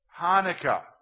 Hanukkah